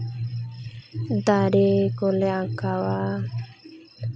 ᱫᱟᱨᱮ ᱠᱚᱞᱮ ᱟᱸᱠᱟᱣᱟ